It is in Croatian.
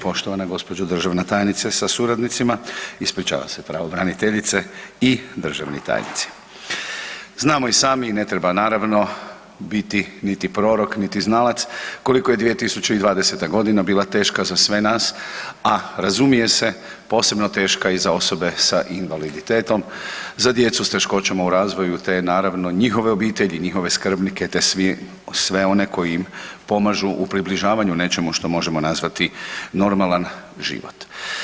Poštovana gospođo državna tajnice sa suradnicima, ispričavam se pravobraniteljice i državni tajnici, znamo i sami ne treba naravno biti niti prorok, niti znalac koliko je 2020.-ta godina bila teška za sve nas, a razumije se posebno teška i za osobe sa invaliditetom, za djecu sa teškoćama u razvoju te naravno njihove obitelji, njihove skrbnike te sve one koji im pomažu u približavanju nečemu što možemo nazvati normalan život.